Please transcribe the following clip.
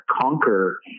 conquer